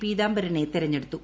പീതാംബരനെ തെരഞ്ഞെടുത്തു